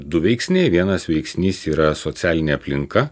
du veiksniai vienas veiksnys yra socialinė aplinka